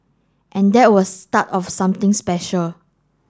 and that was start of something special